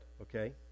okay